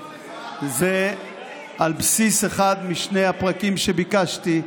--- זה על בסיס אחד משני הפרקים שביקשתי.